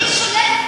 היא שולטת,